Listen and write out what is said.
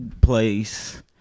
place